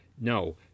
no